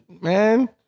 man